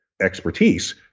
expertise